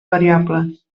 variables